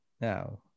now